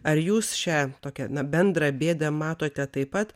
ar jūs šią tokią na bendrą bėdą matote taip pat